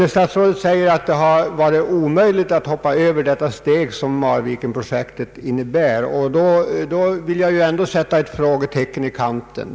När statsrådet säger att det hade varit omöjligt att hoppa över det steg som Marvikenprojektet innebär, vill jag dock sätta ett frågetecken i kanten.